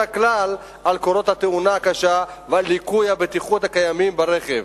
כלל לקרות התאונה הקשה ולליקויי הבטיחות הקיימים ברכב.